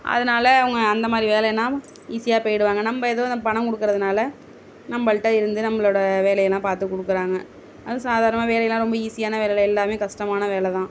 அதனால அவங்க அந்த மாதிரி வேலையினால் ஈஸியாக போயிவிடுவாங்க நம்ம எதுவும் இந்த பணம் கொடுக்கறதுனால நம்பகிட்ட இருந்து நம்மளோட வேலையெல்லாம் பார்த்து கொடுக்கறாங்க அதுவும் சாதாரணமாக வேலையெல்லாம் ரொம்ப ஈஸியான வேலை இல்லை எல்லாமே கஷ்டமான வேலை தான்